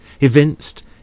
evinced